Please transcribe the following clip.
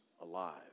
alive